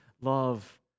Love